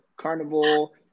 carnival